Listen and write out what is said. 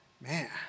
Man